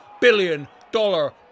Billion-Dollar